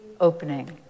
opening